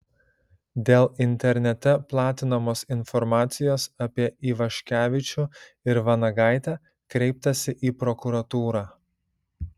dėl internete platinamos informacijos apie ivaškevičių ir vanagaitę kreiptasi į prokuratūrą